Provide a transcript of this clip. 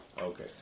Okay